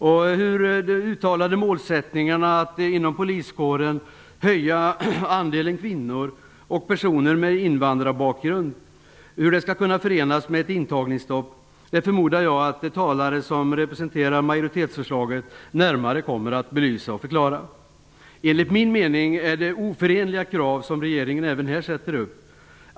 Jag förmodar att de talare som företräder majoritetsförslaget närmare kommer att belysa hur de uttalade målsättningarna att inom poliskåren höja andelen kvinnor och personer med invandrarbakgrund skall kunna förenas med ett intagningsstopp. Enligt min mening ställer regeringen även här oförenliga krav.